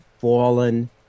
fallen